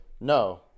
No